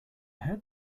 heard